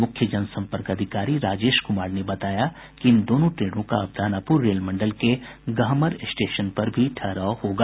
मुख्य जन संपर्क अधिकारी राजेश कुमार ने बताया कि इन दोनों ट्रेनों का अब दानापुर रेल मंडल के गहमर स्टेशन पर भी ठहराव होगा